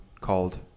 called